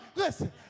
listen